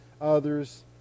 others